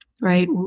right